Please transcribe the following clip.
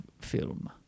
film